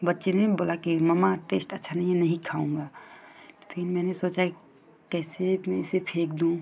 बच्चे ने बोला कि मम्मा टेस्ट अच्छा नहीं है नहीं खाऊँगा तो फिर मैंने सोचा कैसे मैं इसे फेक दूँ